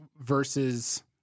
versus